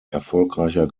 erfolgreicher